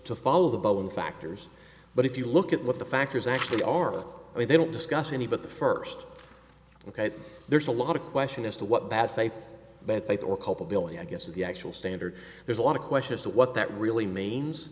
to follow the bone factors but if you look at what the factors actually are they don't discuss any but the first ok there's a lot of question as to what bad faith bad faith or culpability i guess is the actual standard there's a lot of question as to what that really means